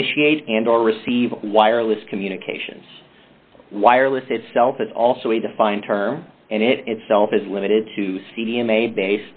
initiate and or receive wireless communications wireless itself is also a defined term and it itself is limited to c d m a based